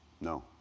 No